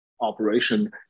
operation